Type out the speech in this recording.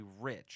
rich